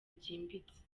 byimbitse